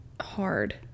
hard